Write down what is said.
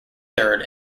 third